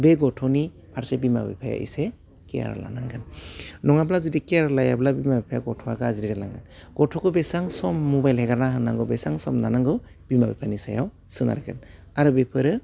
बे गथ'नि फारसे बिमा बिफाया इसे केयार लानांगोन नङाब्ला जुदि केयार लायाब्ला बिमा बिफाया गथ'वा गाज्रि जालांगोन गथ'खौ बेसेबां सम मबाइल हेगारना होनांगौ बेसां सम नानांगौ बिमा बिफानि सायाव सोनारगोन आरो बेफोरो